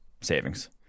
savings